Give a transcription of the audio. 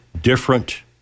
different